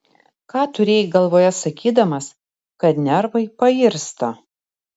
ką turėjai galvoje sakydamas kad nervai pairsta